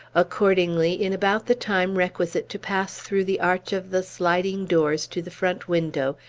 accordingly, in about the time requisite to pass through the arch of the sliding-doors to the front window,